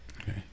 Okay